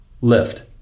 lift